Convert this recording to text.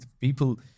people